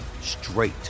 straight